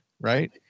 Right